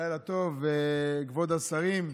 לילה טוב, כבוד השרים,